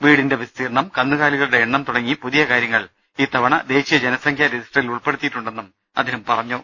വീടിന്റെ വിസ്തീർണ്ണം കന്നുകാലികളുടെ എണ്ണം തുട ങ്ങി പുതിയ കാര്യങ്ങൾ ഇത്തവണ ദേശീയ ജനസംഖ്യാ രജി സ്റ്ററിൽ ഉൾപ്പെടുത്തിയിട്ടുണ്ടെന്നും അദ്ദേഹം പറഞ്ഞു